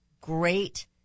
great